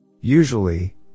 Usually